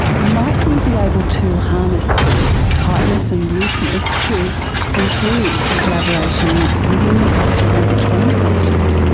might we be able to harness tightness and looseness to improve collaboration within cultures and between cultures?